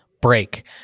break